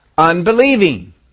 Unbelieving